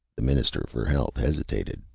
the minister for health hesitated,